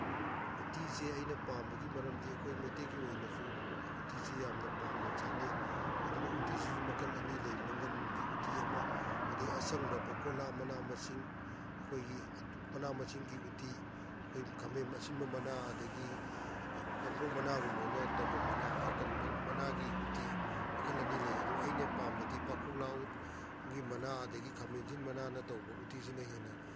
ꯎꯇꯤꯁꯦ ꯑꯩꯅ ꯄꯥꯝꯕꯒꯤ ꯃꯔꯝꯗꯤ ꯑꯩꯈꯣꯏ ꯃꯩꯇꯩꯒꯤ ꯑꯣꯏꯅꯁꯨ ꯎꯇꯤꯁꯤ ꯌꯥꯝꯅ ꯄꯥꯝꯅ ꯆꯥꯅꯩ ꯑꯗꯨꯅ ꯎꯇꯤꯁꯤꯁꯨ ꯃꯈꯜ ꯑꯅꯤ ꯂꯩ ꯃꯪꯒꯜꯒꯤ ꯎꯇꯤ ꯑꯃ ꯑꯗꯒꯤ ꯑꯁꯪꯕ ꯄꯥꯡꯈꯣꯛꯂꯥ ꯃꯅꯥ ꯃꯁꯤꯡ ꯑꯩꯈꯣꯏꯒꯤ ꯃꯅꯥ ꯃꯁꯤꯡꯒꯤ ꯎꯇꯤ ꯑꯩꯈꯣꯏ ꯈꯥꯃꯦꯟ ꯑꯁꯤꯟꯕ ꯃꯅꯥ ꯑꯗꯒꯤ ꯄꯥꯡꯈꯣꯛ ꯃꯅꯥꯒꯨꯝꯕꯃꯥꯏꯅ ꯇꯧꯕ ꯃꯅꯥ ꯃꯅꯥꯒꯤ ꯎꯇꯤ ꯃꯈꯜ ꯑꯅꯤ ꯂꯩ ꯑꯗꯨ ꯑꯩꯅ ꯄꯥꯝꯕꯗꯤ ꯄꯥꯡꯈꯣꯛꯂꯥ ꯒꯤ ꯃꯅꯥ ꯑꯗꯒꯤ ꯈꯥꯃꯦꯟ ꯑꯁꯤꯟ ꯃꯅꯥꯅ ꯇꯧꯕ ꯎꯇꯤꯁꯤꯅ ꯍꯦꯟꯅ